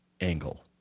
angle